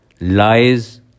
lies